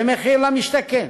ומחיר למשתכן,